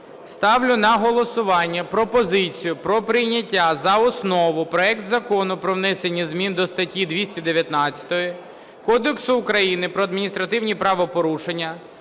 Ставлю на голосування пропозицію про прийняття за основу проект Закону про внесення змін до статті 219 Кодексу України про адміністративні правопорушення